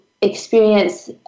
experience